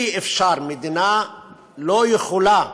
אי-אפשר מדינה לא יכולה,